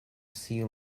sea